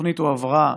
התוכנית הועברה,